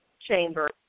chamber